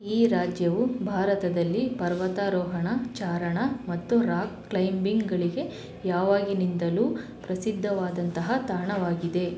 ಈ ರಾಜ್ಯವು ಭಾರತದಲ್ಲಿ ಪರ್ವತಾರೋಹಣ ಚಾರಣ ಮತ್ತು ರಾಕ್ ಕ್ಲೈಂಬಿಂಗ್ಗಳಿಗೆ ಯಾವಾಗಿನಿಂದಲೂ ಪ್ರಸಿದ್ಧವಾದಂತಹ ತಾಣವಾಗಿದೆ